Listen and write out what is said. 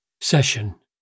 session